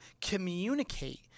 communicate